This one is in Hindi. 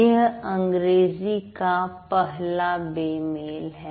यह अंग्रेजी का पहला बेमेल है